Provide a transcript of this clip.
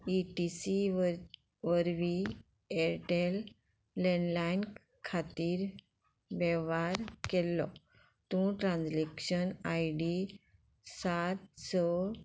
इ T C वर वरवीं Airtel landline खातीर वेव्हार केल्लो तूं ट्रान्जॅक्शन आय डी सात स